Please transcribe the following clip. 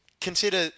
consider